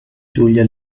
giulia